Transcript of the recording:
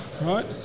right